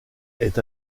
est